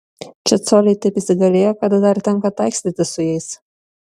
čia coliai taip įsigalėję kad dar tenka taikstytis su jais